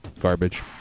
garbage